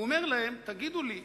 הוא אומר להם: תגידו לי,